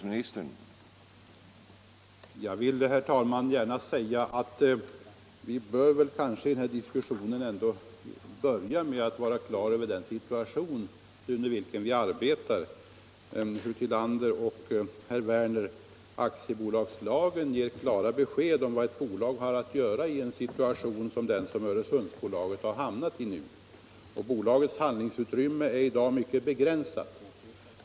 Herr talman! Vi bör kanske i den här diskussionen ändå börja med att klara ut den situation under vilken vi arbetar. Fru Tillander och herr Werner i Malmö! Aktiebolagslagen ger klara besked om vad ett bolag har att göra i en situation som den som Öresundsbolaget har hamnat i nu. Bolagets handlingsutrymme är i dag mycket begränsat.